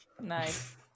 Nice